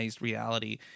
reality